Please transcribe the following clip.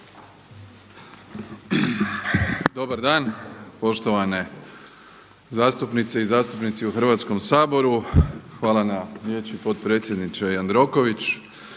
Dobar dan. Poštovane zastupnice i zastupnici u Hrvatskom saboru. Hvala na riječi potpredsjedniče Jandroković.